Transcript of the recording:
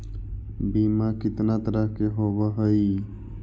बीमा कितना तरह के होव हइ?